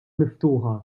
miftuħa